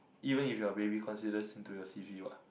even if you are a baby considers into your c_v what